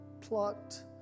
plucked